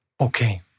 Okay